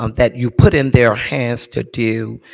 um that you put in their hands to do,